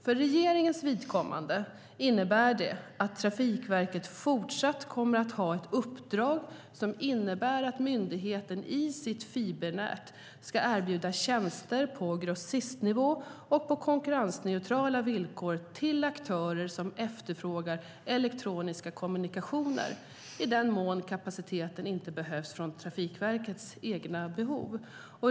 För regeringens vidkommande innebär det att Trafikverket fortsatt kommer att ha ett uppdrag som innebär att myndigheten i sitt fibernät ska erbjuda tjänster på grossistnivå och på konkurrensneutrala villkor till aktörer som efterfrågar elektroniska kommunikationer, i den mån kapaciteten inte behövs för Trafikverkets egna behov.